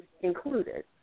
included